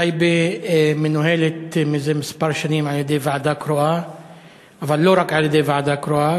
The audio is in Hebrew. טייבה מנוהלת מזה כמה שנים על-ידי ועדה קרואה,